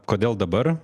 kodėl dabar